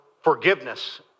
forgiveness